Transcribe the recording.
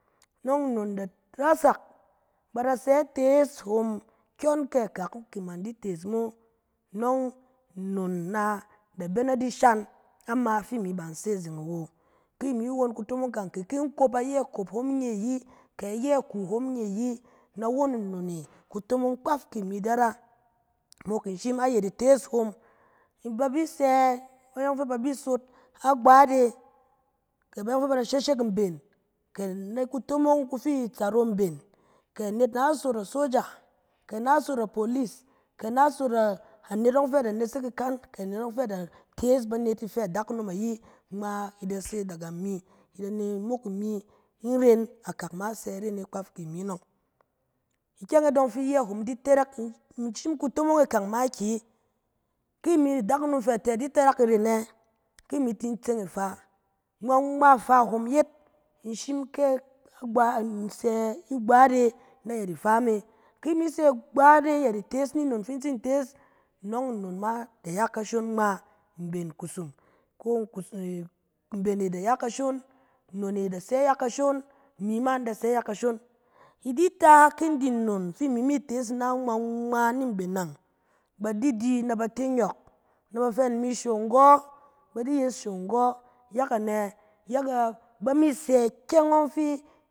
Nɔng nnon da rasak, ba da sɛ itees hom, kyɔn tɛ akak kin man di tees mo. Nɔng nnon na na bɛ na di shan, ama fi ba in se azeng awo. Ki imi won kutomong kang, kɛ kin kop, ayɛ ikop hom nye ayi, kɛ ayɛ iku hom nye ayi, na won nnon e kutomong kpaf fi imi da ra. Mok in shim ayɛt itees hom, ba bi sɛɛ ba yɔng fɛ ba bi sot agbat e, kɛ bayɔng fɛ ba da sheshek mben, kɛ nɛk kutomong ba fi tsaru mben, kɛ anet na sot asoja, kɛ na sot apolis, kɛ na sot a-anet ɔng fɛ a da nesek ikan, kɛ anet ɔng fɛ a da tees banet ifɛ adakunom ayi, ngma i da se daga mi, i da ne mok imi. in ren akak ma sɛ iren e kpaf ki imi nɔng. Ikyɛng e dɔng fi iyɛ hom di tarak, in shim kutomong e kang makiyi. Ki imi adakunom fɛ a di tarak irèn ne, ki imi tin tseng ifa, ngma ngma ifa hom yet, in shim kɛ agba- in sɛ igbat e ayɛt ifa me. Ki imi sɛ igbat- e ayɛt itees ni nnon fin tsin tees, nɔng nnon ma da ya kashon ngma mben kushom. Ko-kushom-e mben e da ya kashon. nnon e da sɛ iya kashon, imi ma in da sɛ iya kashon. I di ta ki in di nnon fi imi mi tees inan ngma ngma ni mben nang, ba di di, na ba te nyɔk, na ba fɛ ni imi show nggɔ, ba di yes show nggɔ, yak anɛ, yak-a ba mi sɛ ikyɛng ɔng fi